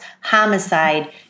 homicide